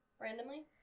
randomly